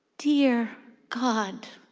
dear god,